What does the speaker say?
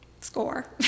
score